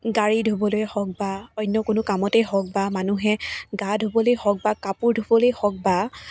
গাড়ী ধুবলৈয়ে হওক বা অন্য কোনো কামতেই হওক বা মানুহে গা ধুবলৈয়ে হওক বা কাপোৰ ধুবলৈয়ে হওক বা